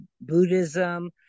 Buddhism